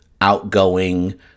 outgoing